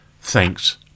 Thanks